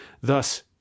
Thus